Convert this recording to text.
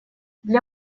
для